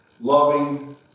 loving